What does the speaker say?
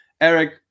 Eric